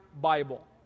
Bible